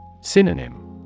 Synonym